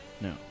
No